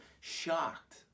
shocked